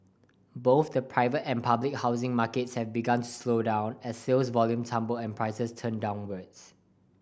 both the private and public housing markets have begun slow down as sales volume tumble and prices turn downwards